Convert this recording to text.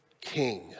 king